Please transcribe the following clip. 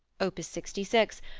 op. sixty six,